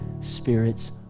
Spirit's